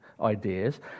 ideas